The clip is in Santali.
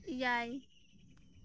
ᱮᱭᱟᱭ